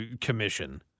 commission